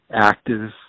active